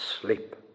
sleep